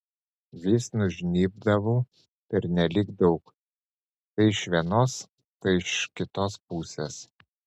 vis nužnybdavau pernelyg daug tai iš vienos tai iš kitos pusės